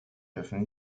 dürfen